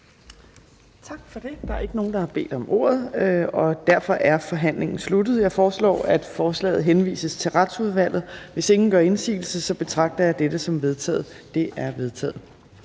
Tak for det. Der er ikke nogen, der har bedt om ordet, og derfor er forhandlingen sluttet. Jeg foreslår, at forslaget henvises til Retsudvalget. Hvis ingen gør indsigelse, betragter jeg dette som vedtaget. Det er vedtaget.